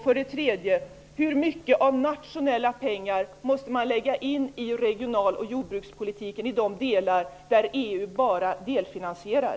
För det tredje: Hur mycket av nationella pengar måste man lägga in i regionaloch jordbrukspolitiken i de delar där EU bara delfinansierar?